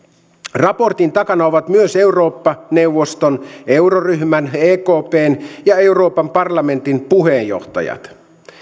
raportin takana ovat myös eurooppa neuvoston euroryhmän ekpn ja euroopan parlamentin puheenjohtajat